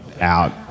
out